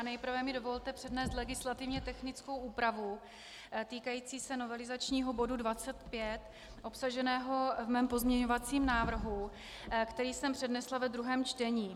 Nejprve mi dovolte přednést legislativně technickou úpravu týkající se novelizačního bodu 25 obsaženého v mém pozměňovacím návrhu, který jsem přednesla ve druhém čtení.